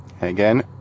Again